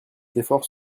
d’efforts